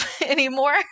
anymore